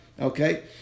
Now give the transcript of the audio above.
Okay